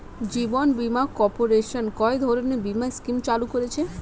জীবন বীমা কর্পোরেশন কয় ধরনের বীমা স্কিম চালু করেছে?